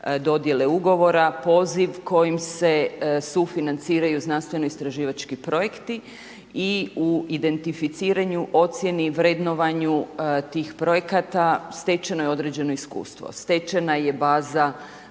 dodjele ugovora poziv kojim se sufinanciraju znanstveno-istraživački projekti i u identificiranju ocjeni, vrednovanju tih projekata stečeno je određeno iskustvo, stečena je baza